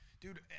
Dude